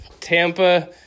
Tampa